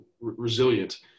resilient